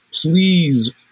please